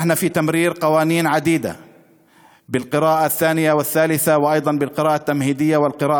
בתקופה זו הצלחנו להביא הישגים רבים וליווינו